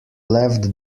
left